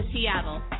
Seattle